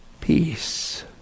peace